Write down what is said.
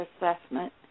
assessment